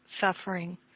suffering